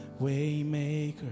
Waymaker